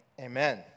Amen